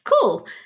Cool